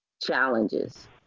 challenges